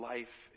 Life